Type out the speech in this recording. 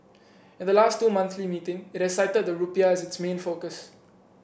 at the last two monthly meeting it has cited the rupiah as its main focus